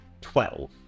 Twelve